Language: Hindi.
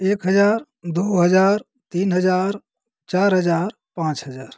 एक हजार दो हजार तीन हजार चार हजार पाँच हजार